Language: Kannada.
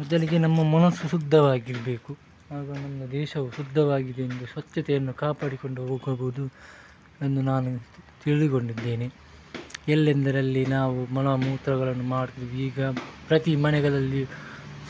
ಮೊದಲಿಗೆ ನಮ್ಮ ಮನಸ್ಸು ಶುದ್ಧವಾಗಿರ್ಬೇಕು ಆಗ ನಮ್ಮ ದೇಶವು ಶುದ್ಧವಾಗಿದೆ ಎಂದು ಸ್ವಚ್ಛತೆಯನ್ನು ಕಾಪಾಡಿಕೊಂಡು ಹೋಗಬಹುದು ಎಂದು ನಾನು ತಿಳಿದುಕೊಂಡಿದ್ದೇನೆ ಎಲ್ಲೆಂದರಲ್ಲಿ ನಾವು ಮಲ ಮೂತ್ರಗಳನ್ನು ಮಾಡೋದು ಈಗ ಪ್ರತಿ ಮನೆಗಳಲ್ಲಿ